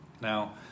Now